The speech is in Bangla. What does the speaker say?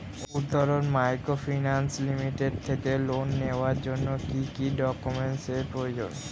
উত্তরন মাইক্রোফিন্যান্স লিমিটেড থেকে লোন নেওয়ার জন্য কি কি ডকুমেন্টস এর প্রয়োজন?